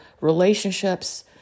relationships